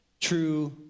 true